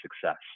success